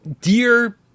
Dear